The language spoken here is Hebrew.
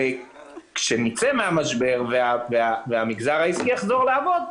כשנצא מהמשבר והמגזר העסקי יחזור לעבוד,